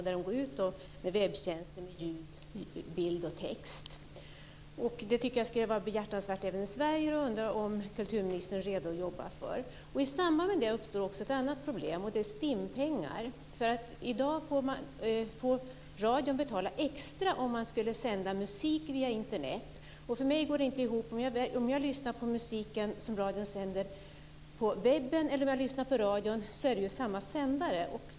Man går ut med webbtjänster med ljud, bild och text. Det tycker jag skulle vara behjärtansvärt även i Sverige. Jag undrar om kulturministern är redo att jobba för det. I samband med det uppstår också ett annat problem. Det är STIM-pengar. I dag får radion betala extra om den sänder musik via Internet. För mig går det inte ihop. Oavsett om jag lyssnar på musiken som radion sänder på webben eller på radion är det samma sändare.